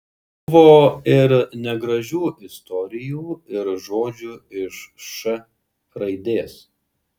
buvo ir negražių istorijų ir žodžių iš š raidės